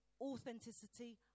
authenticity